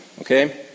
Okay